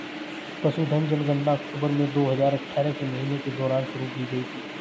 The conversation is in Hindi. पशुधन जनगणना अक्टूबर दो हजार अठारह के महीने के दौरान शुरू की गई थी